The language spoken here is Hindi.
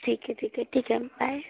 ठीक है ठीक है ठीक है बाय